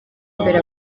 imbere